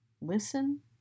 listen